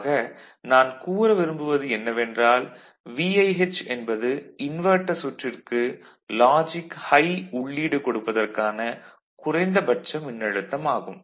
ஆக நான் கூற விரும்புவது என்னவென்றால் VIH என்பது இன்வெர்ட்டர் சுற்றிற்கு லாஜிக் ஹை உள்ளீடு கொடுப்பதற்கான குறைந்தபட்ச மின்னழுத்தம் ஆகும்